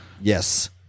Yes